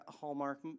Hallmark